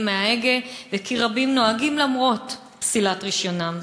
מההגה וכי רבים נוהגים למרות פסילת רישיונם.